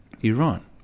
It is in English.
Iran